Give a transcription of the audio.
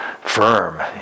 firm